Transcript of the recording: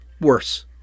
worse